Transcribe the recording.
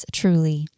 truly